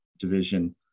division